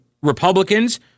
Republicans